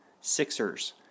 Sixers